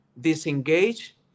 disengage